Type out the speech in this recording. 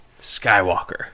Skywalker